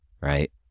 right